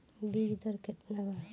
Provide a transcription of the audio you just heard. बीज दर केतना वा?